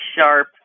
sharp